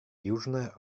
южная